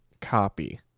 Copy